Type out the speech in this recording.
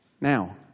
Now